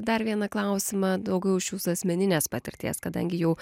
dar vieną klausimą daugiau iš jūsų asmeninės patirties kadangi jau